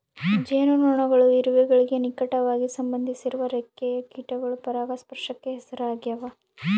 ಜೇನುನೊಣಗಳು ಇರುವೆಗಳಿಗೆ ನಿಕಟವಾಗಿ ಸಂಬಂಧಿಸಿರುವ ರೆಕ್ಕೆಯ ಕೀಟಗಳು ಪರಾಗಸ್ಪರ್ಶಕ್ಕೆ ಹೆಸರಾಗ್ಯಾವ